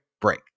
break